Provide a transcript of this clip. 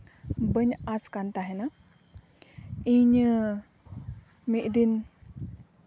ᱵᱟᱹᱧ ᱟᱸᱥ ᱠᱟᱱ ᱛᱟᱦᱮᱱᱟ ᱤᱧ ᱢᱤᱫ ᱫᱤᱱ